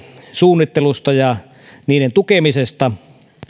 suunnittelusta ja niiden tukemisesta